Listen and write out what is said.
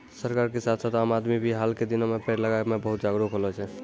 सरकार के साथ साथ आम आदमी भी हाल के दिनों मॅ पेड़ लगाय मॅ बहुत जागरूक होलो छै